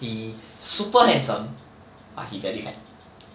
he super handsome but he very fat